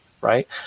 right